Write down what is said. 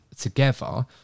together